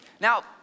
Now